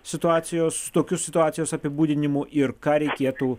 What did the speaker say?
situacijos tokiu situacijos apibūdinimu ir ką reikėtų